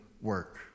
work